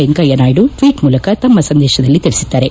Venkaiah Naidu tweet ಮೂಲಕ ತಮ್ಮ ಸಂದೇಶದಲ್ಲಿ ತಿಳಿಸಿದ್ದಾರೆ